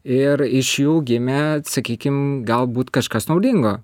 ir iš jų gimė sakykim galbūt kažkas naudingo